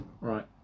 Right